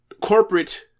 Corporate